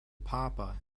papa